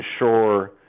ensure